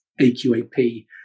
AQAP